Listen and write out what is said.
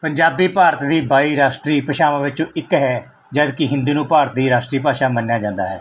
ਪੰਜਾਬੀ ਭਾਰਤ ਦੀ ਬਾਈ ਰਾਸ਼ਟਰੀ ਭਾਸ਼ਾਵਾਂ ਵਿੱਚੋਂ ਇੱਕ ਹੈ ਜਦਕਿ ਹਿੰਦੀ ਨੂੰ ਭਾਰਤ ਦੀ ਰਾਸ਼ਟਰੀ ਭਾਸ਼ਾ ਮੰਨਿਆ ਜਾਂਦਾ ਹੈ